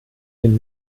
den